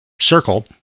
circle